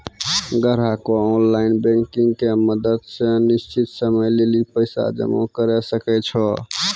ग्राहकें online banking के मदत से निश्चित समय लेली पैसा जमा करै सकै छै